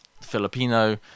Filipino